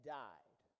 died